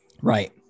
right